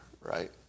right